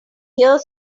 here